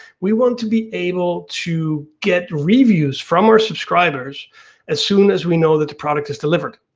we want to be able to get reviews from our subscribers as soon as we know that the product is delivered.